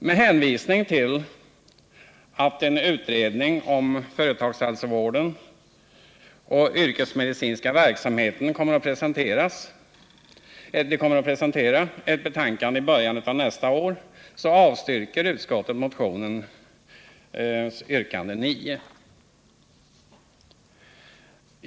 Med hänvisning till att en utredning om företagshälsovården och den yrkesmedicinska verksamheten kommer att presentera ett betänkande i början av nästa år avstyrker utskottet motionens yrkande 9.